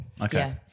Okay